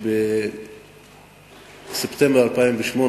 שבספטמבר 2008,